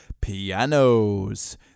Pianos